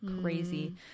crazy